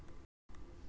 ಹನಿ ನೀರಾವರಿ ಒಳ್ಳೆಯದೇ?